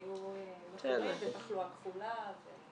היו מכורים ותחלואה כפולה.